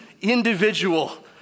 individual